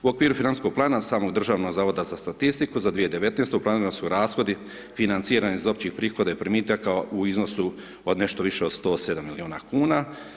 U okviru financijskog plana ... Državnog zavoda za statistiku za 2019. planirani su rashodi financirani iz općih prihoda i primitaka u iznosu od nešto više od 107 milijuna kuna.